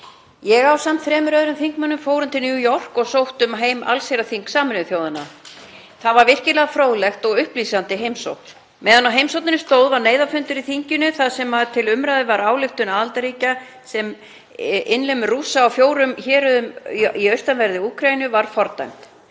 Ég fór ásamt þremur öðrum þingmönnum til New York og sótti heim allsherjarþing Sameinuðu þjóðanna. Það var virkilega fróðleg og upplýsandi heimsókn. Meðan á heimsókninni stóð var neyðarfundur í þinginu þar sem til umræðu var ályktun aðildarríkja þar sem innlimun Rússa á fjórum héruðum í austanverðri Úkraínu var fordæmd.